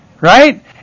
right